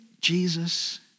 Jesus